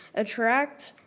attract,